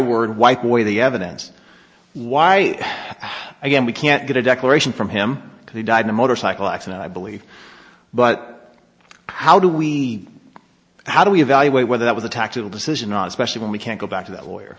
word wipe away the evidence why again we can't get a declaration from him because he died in a motorcycle accident i believe but how do we how do we evaluate whether that was a tactical decision not especially when we can't go back to that lawyer